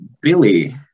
Billy